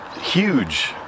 huge